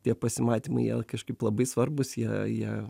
tie pasimatymai jie kažkaip labai svarbūs jie jie